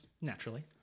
Naturally